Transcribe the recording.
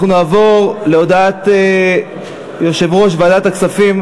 אנחנו נעבור להודעת יושב-ראש ועדת הכספים,